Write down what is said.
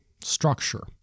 structure